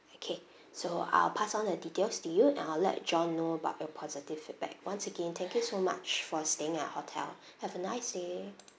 okay so I'll pass on the details to you and I'll let john know about your positive feedback once again thank you so much for staying at our hotel have a nice day